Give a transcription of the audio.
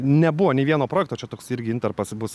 nebuvo nei vieno projekto čia toks irgi intarpas bus